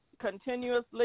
continuously